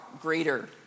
greater